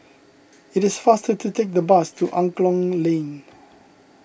it is faster to take the bus to Angklong Lane